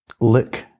look